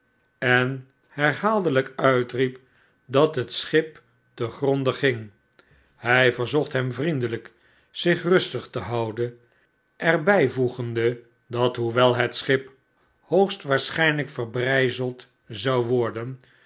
en herhaaldeljjk uitriep dat het schip tegronde ging hjj verzocht hem vriendelijk zich rustig te houden er bjjvoegende dat hoewel het schip hoogst waarschjjnlp verbrpeld zou worden